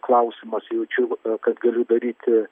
klausimas jaučiu kad galiu daryti